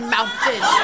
Mountain